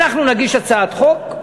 אנחנו נגיש הצעת חוק,